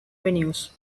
venues